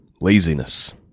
laziness